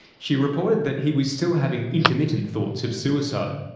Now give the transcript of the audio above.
she reported that he was still having intermittent thoughts of suicide.